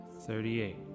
Thirty-eight